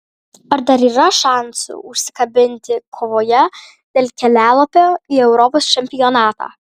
ar dar yra šansų užsikabinti kovoje dėl kelialapio į europos čempionatą